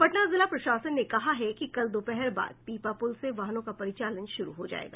पटना जिला प्रशासन ने कहा है कि कल दोपहर बाद पीपा पूल से वाहनों का परिचालन शुरू हो जायेगा